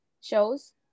shows